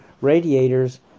radiators